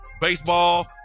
Baseball